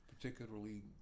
particularly